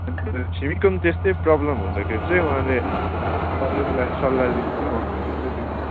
छिमेकीको पनि त्यस्तै प्रब्लम हुँदाखेरि चाहिँ उहाँले अरूलाई सल्लाह लिनु भन्दै थियो कि